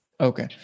Okay